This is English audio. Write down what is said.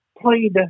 played